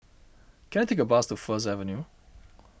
can I take a bus to First Avenue